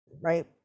right